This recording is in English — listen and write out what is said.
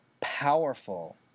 powerful